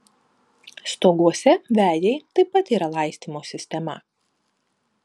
stoguose vejai taip pat yra laistymo sistema